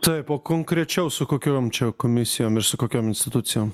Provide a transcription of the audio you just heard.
taip o konkrečiau su kokiom čia komisijom ir su kokiom institucijom